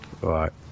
Right